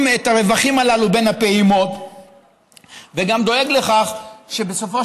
את הרווחים הללו בין הפעימות וגם דואג לכך שבסופו